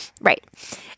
Right